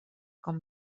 com